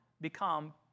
become